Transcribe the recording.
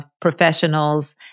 professionals